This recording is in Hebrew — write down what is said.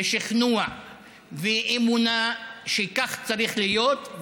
ושכנוע ואמונה שכך צריך להיות,